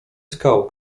skał